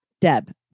Deb